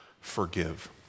forgive